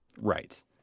Right